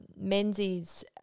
Menzies